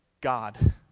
God